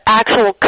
actual